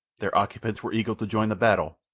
their occupants were eager to join the battle,